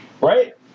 Right